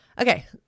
Okay